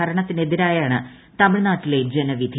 ഭരണത്തിനെതിരെയാണ് തമിഴ് നാട്ടിലെ ജനവിധി